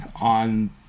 on